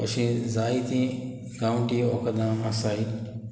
अशी जायती गांवठी व्हंक आसाय